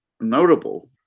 notable